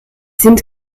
sind